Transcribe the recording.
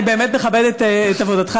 אני באמת מכבדת את עבודתך,